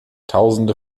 tausende